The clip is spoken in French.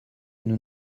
nous